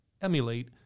emulate